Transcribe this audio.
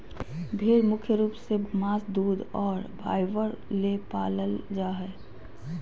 भेड़ मुख्य रूप से मांस दूध और फाइबर ले पालल जा हइ